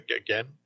again